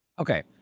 Okay